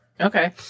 Okay